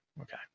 Okay